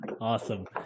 awesome